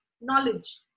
knowledge